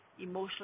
emotionally